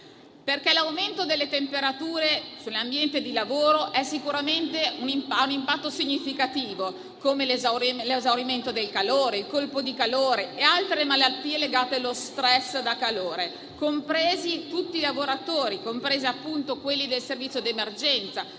Senato. L'aumento delle temperature sull'ambiente di lavoro ha sicuramente un impatto significativo, come l'esaurimento da calore, il colpo di calore e altre malattie legate allo *stress* da calore, comprendendo tutti i lavoratori, compresi quelli del servizio di emergenza